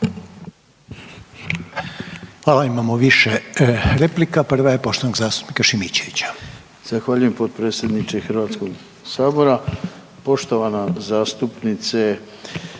Hvala. Imamo više replika. Prva je poštovanog zastupnika Šimičevića.